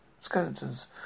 skeletons